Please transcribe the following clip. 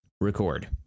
Record